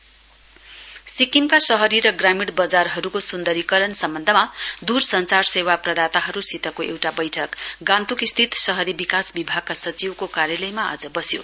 UDD meeting सिक्किमका शहरी र ग्रामीण बजारहरूको सुन्दरीकरण सम्बन्धमा दुरसंचार सेवा प्रदाताहरूसितको एउटा बैठक गान्तोकस्थित शहरी विकास विभागका सचिवको कार्यालयमा आज बस्यो